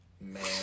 man